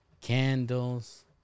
candles